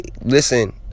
Listen